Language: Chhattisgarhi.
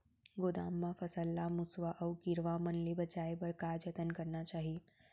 गोदाम मा फसल ला मुसवा अऊ कीरवा मन ले बचाये बर का जतन करना चाही?